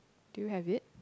do you have it